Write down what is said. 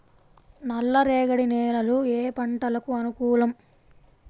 నల్లరేగడి నేలలు ఏ పంటలకు అనుకూలం?